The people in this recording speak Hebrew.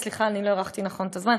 סליחה, לא הערכתי נכון את הזמן.